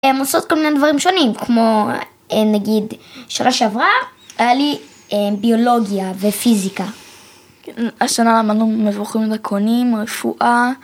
‫הן עושות כל מיני דברים שונים, ‫כמו נגיד, שנה שעברה היה לי ביולוגיה ופיזיקה. ‫השנה למדנו מבוכים ודרקונים, רפואה.